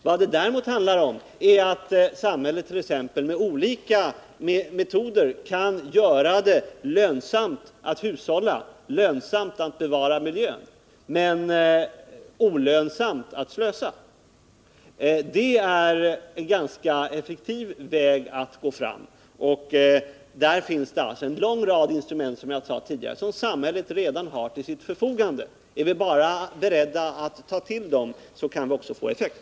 Vad det däremot handlar om är att samhället med olika metoder kan göra det lönsamt att hushålla, lönsamt att bevara miljön, men olönsamt att slösa. Det är en ganska effektiv väg att gå fram, och där har, som jag sade tidigare, samhället redan en lång rad instrument till sitt förfogande. Är vi bara beredda att ta till dem, så kan vi också få effekt.